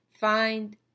find